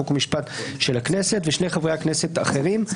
חוק ומשפט של הכנסת ושני חברי הכנסת אחרים,